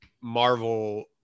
Marvel